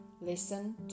Listen